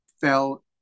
fell